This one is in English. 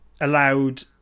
allowed